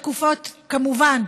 כמובן,